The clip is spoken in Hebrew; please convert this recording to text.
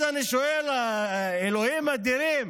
אז אני שואל: אלוהים אדירים,